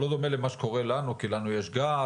הוא לא דומה למה שקורה לנו כי לנו יש גז,